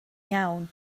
iawn